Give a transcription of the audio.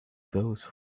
those